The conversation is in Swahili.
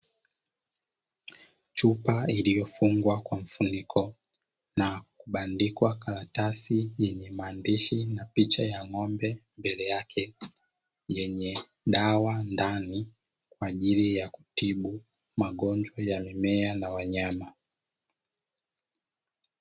Chupa iliyofungwa kwa mfuniko na kubandikwa karatasi yenye maandishi na picha ya ng'ombe mbele yake, yenye dawa ndani kwa ajili ya kutibu magonjwa ya mimea na wanyama.